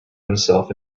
himself